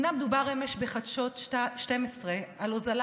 אומנם דובר אמש בחדשות 12 על הוזלה